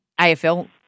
AFL